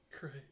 great